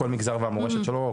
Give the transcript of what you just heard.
כל מגזר והמורשת שלו,